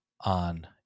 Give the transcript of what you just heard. on